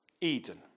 Eden